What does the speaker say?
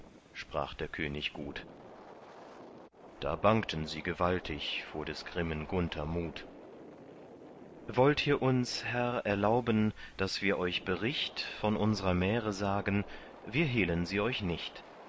sprach der könig gut da bangten sie gewaltig vor des grimmen gunther mut wollt ihr uns herr erlauben daß wir euch bericht von unsrer märe sagen wir hehlen sie euch nicht